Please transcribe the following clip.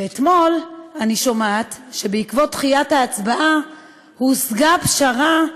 ואתמול אני שומעת שבעקבות דחיית ההצבעה הושגה פשרה,